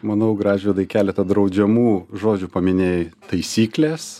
manau gražvydai keletą draudžiamų žodžių paminėjai taisyklės